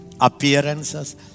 appearances